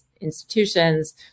institutions